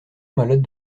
malade